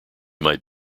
might